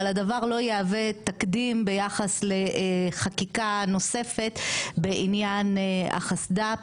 אבל הדבר לא יהווה תקדים ביחס לחקיקה נוספת בעניין החסד"פ